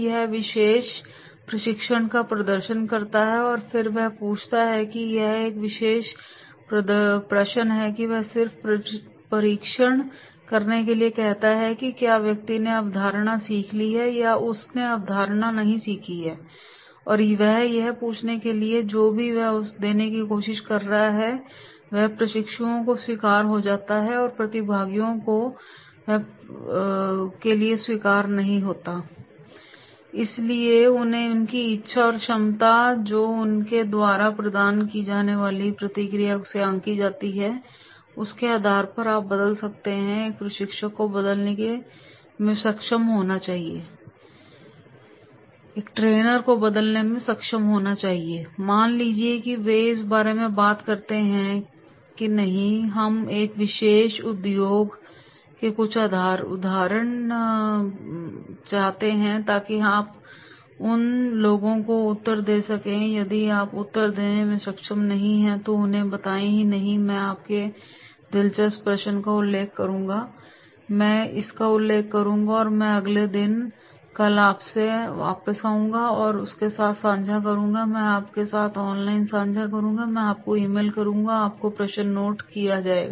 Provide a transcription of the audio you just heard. वह विशेष प्रशिक्षण का प्रदर्शन करता है और फिर वह पूछता है कि यह एक विशेष प्रश्न है जो वह सिर्फ परीक्षण करने के लिए कहता है कि क्या व्यक्ति ने अवधारणा सीख ली है या उसने अवधारणा नहीं सीखी है या वह यह पूछने के लिए जो भी वह देने की कोशिश कर रहा है वह प्रशिक्षुओं को स्वीकार्य हो सकता है या प्रतिभागियों या यह प्रशिक्षुओं या प्रतिभागियों के लिए स्वीकार्य नहीं है और इसलिए उनकी इच्छा और क्षमता जो उनके द्वारा प्रदान की जाने वाली प्रतिक्रिया से आंकी जा सकती है उसके आधार पर आप बदल सकते हैं एक प्रशिक्षक को बदलने में सक्षम होना चाहिए मान लीजिए कि वे इस बारे में बात करते हैं कि नहीं हम एक विशेष उद्योग के कुछ उदाहरण चाहते हैं ताकि आप उन लोगों को उत्तर दे सकें यदि आप उत्तर देने में सक्षम नहीं हैं तो उन्हें बताएं कि नहीं मैं आपके दिलचस्प प्रश्न का उल्लेख करूंगा मैं इसका उल्लेख करूंगा और मैं अगले दिन कल आपके पास वापस आऊंगा और आपके साथ साझा करूंगा या मैं आपके साथ ऑनलाइन साझा करूंगा मैं आपको ईमेल करूंगा और आपका प्रश्न नोट किया जाएगा